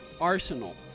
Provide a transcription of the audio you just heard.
arsenal